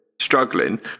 struggling